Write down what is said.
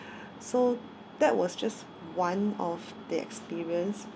so that was just one of the experience